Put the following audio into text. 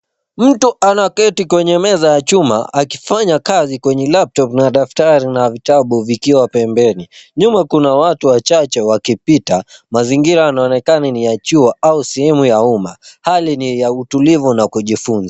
Mtu anaketi kwenye meza ya chuma, akifanya kazi kwenye laptop na daftari na vitabu vikiwa pembeni. Nyuma kuna watu wachache wakipita. Mazingira yanaonekana ni ya chuo au sehemu ya umma. Hali ni ya utulivu na kujifunza.